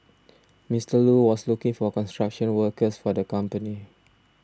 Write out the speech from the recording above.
Mister Lu was looking for construction workers for the company